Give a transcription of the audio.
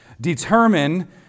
determine